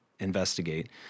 investigate